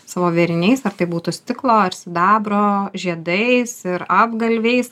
savo vėriniais ar tai būtų stiklo ar sidabro žiedais ir apgalviais